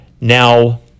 now